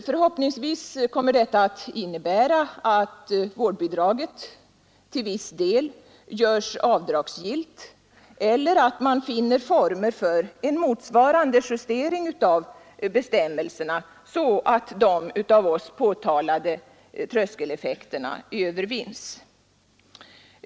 Förhoppningsvis kommer detta att innebära att vårdbidraget till viss del görs avdragsgillt eller att man finner former för en motsvarande justering av bestämmelserna så att de av oss påtalade tröskeleffekterna övervinns.